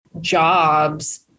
jobs